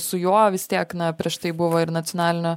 su juo vis tiek na prieš tai buvo ir nacionalinio